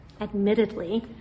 admittedly